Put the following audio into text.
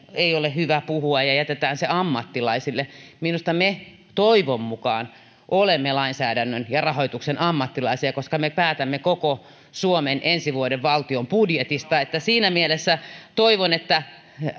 ole hyvä puhua ja jätetään se ammattilaisille minusta me toivon mukaan olemme lainsäädännön ja rahoituksen ammattilaisia koska me päätämme koko suomen ensi vuoden valtion budjetista siinä mielessä toivon että